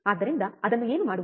ಆದ್ದರಿಂದ ಅದನ್ನು ಏನು ಮಾಡುವುದು